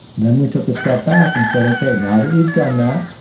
then we took a step back and said, okay. now that we've done that,